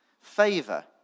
favor